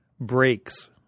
breaks